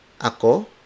ako